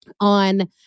on